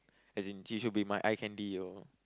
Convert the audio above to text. as in she should be my eye candy you know